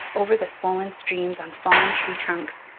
over the swollen streams on fallen tree-trunks,